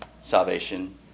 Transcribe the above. salvation